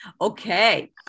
Okay